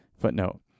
Footnote